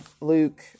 luke